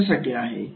कशासाठी आहे